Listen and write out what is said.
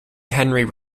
henry